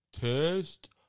test